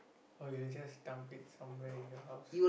or you just dump it somewhere in your house